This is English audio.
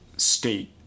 state